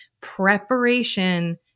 preparation